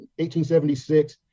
1876